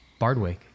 Bardwick